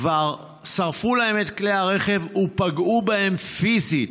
כבר שרפו להם את כלי הרכב ופגעו בהם פיזית.